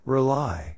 Rely